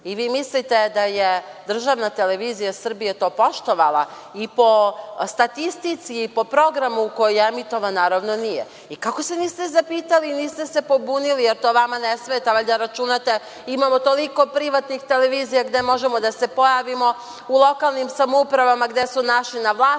Vi mislite da je državna televizija Srbije to poštovala? I po statistici i po programu koji je emitovan, naravno nije. Kako se niste zapitali, niste se pobunili, jer to vama ne smeta, valjda računate imamo toliko privatnih televizija gde možemo da se pojavimo, u lokalnim samoupravama gde su naši na vlasti,